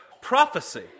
prophecy